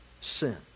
sin